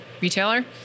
retailer